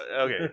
okay